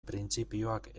printzipioak